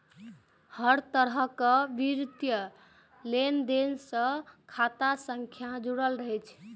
हर तरहक वित्तीय लेनदेन सं खाता संख्या जुड़ल रहै छै